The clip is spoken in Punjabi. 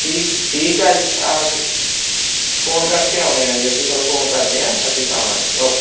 ਠੀਕ ਠੀਕ ਆ ਜੀ ਅਸੀਂ ਫੋਨ ਕਰਕੇ ਆਉਂਦੇ ਹਾਂ ਜੀ ਅਸੀਂ ਤੁਹਾਨੂੰ ਫੋਨ ਕਰਦੇ ਹਾਂ ਅਸੀਂ ਆਵਾਂਗੇ ਓਕੇ